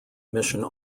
mission